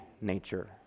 nature